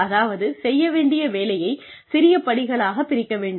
அதாவது செய்ய வேண்டிய வேலையை சிறிய படிகளாகப் பிரிக்க வேண்டும்